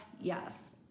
yes